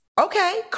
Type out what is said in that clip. okay